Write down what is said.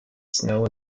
snow